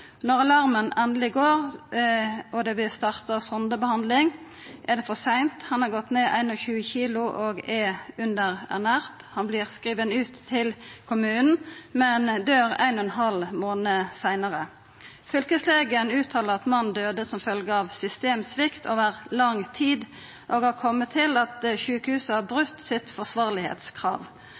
Når alarmen endeleg går og det vert starta sondebehandling, er det for seint. Han har gått ned 21 kilo og er underernært. Han vert skriven ut til kommunen, men døyr 1,5 månadar seinare. Fylkeslegen uttaler at mannen døydde som følgje av systemsvikt over lang tid og har kome til at sjukehuset har brote sitt